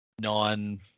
Non